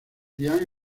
diane